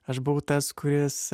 aš buvau tas kuris